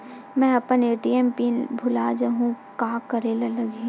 मैं अपन ATM PIN भुला जहु का करे ला लगही?